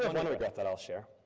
ah one regret that i'll share.